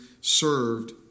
served